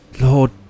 Lord